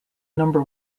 number